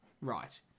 right